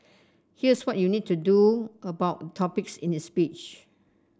here's what you need to about topics in this speech